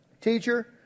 Teacher